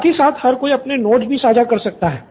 साथ ही साथ हर कोई अपने नोट्स भी साझा कर सकता है